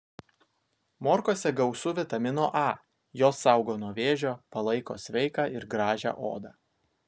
morkose gausu vitamino a jos saugo nuo vėžio palaiko sveiką ir gražią odą